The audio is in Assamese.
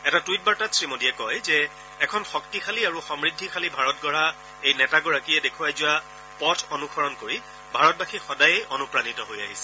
এটা টুইট বাৰ্তাত শ্ৰীমোদীয়ে কয় যে এখন শক্তিশালী আৰু সমূদ্ধিশালী ভাৰত গঢ়া এই নেতাগৰাকীয়ে দেখুৱাই যোৱা পথ অনুসৰণ কৰি ভাৰতবাসী সদায়েই অনুপ্ৰাণিত হৈ আহিছে